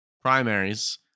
Primaries